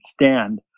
stand